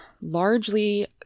largely